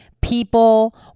People